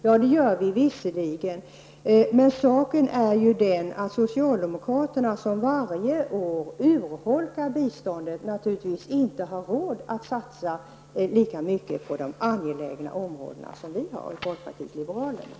Ja, det gör vi visserligen, men saken är ju den att socialdemokraterna, som varje år urholkar biståndet, naturligtvis inte har råd att satsa lika mycket på de angelägna områdena som vi har i folkpartiet liberalerna.